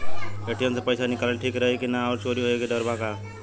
ATM से पईसा निकालल ठीक रही की ना और चोरी होये के डर बा का?